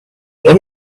let